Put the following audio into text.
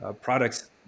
products